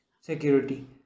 security